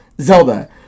Zelda